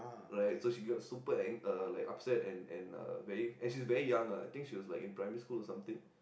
right so she got super ang~ uh like upset and and very and uh she's very young ah I think she was like in primary school or something